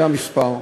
זה המספר,